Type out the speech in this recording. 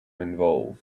involved